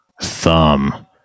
thumb